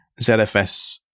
ZFS